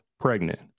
pregnant